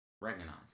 recognize